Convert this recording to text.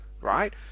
right